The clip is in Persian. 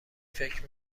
فکر